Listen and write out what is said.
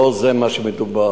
לא זה מה שמדובר,